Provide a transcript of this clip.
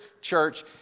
church